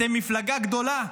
אתם מפלגה גדולה,